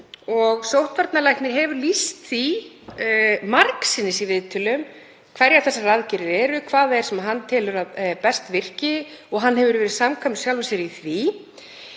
Sóttvarnalæknir hefur lýst því margsinnis í viðtölum hverjar þessar aðgerðir eru, hvað það er sem hann telur að best virki og hann hefur verið samkvæmur sjálfum sér í því.